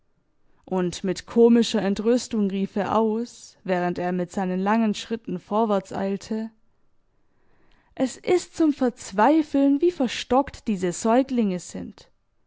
und mit komischer entrüstung rief er aus während er mit seinen langen schritten vorwärts eilte es ist zum verzweifeln wie verstockt diese säuglinge sind